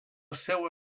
seua